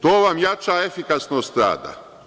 To vam jača efikasnost rada.